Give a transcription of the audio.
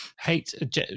Hate